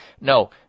No